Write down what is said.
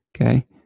okay